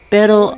Pero